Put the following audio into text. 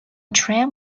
tram